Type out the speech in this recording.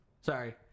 Sorry